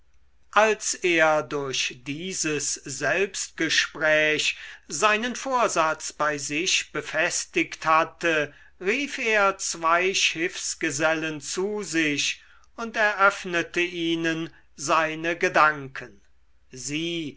als er durch dieses selbstgespräch seinen vorsatz bei sich befestigt hatte rief er zwei schiffsgesellen zu sich und eröffnete ihnen seine gedanken sie